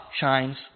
shines